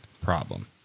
Problem